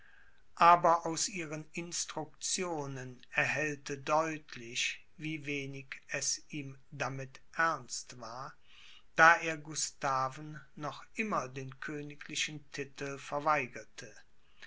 aber aus ihren instruktionen erhellte deutlich wie wenig es ihm damit ernst war da er gustaven noch immer den königlichen titel verweigerte